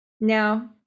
Now